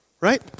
right